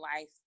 life